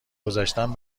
گذشتم